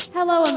Hello